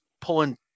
pulling